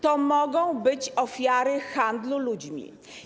To mogą być ofiary handlu ludźmi.